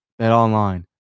BetOnline